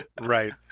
Right